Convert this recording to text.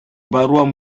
barrois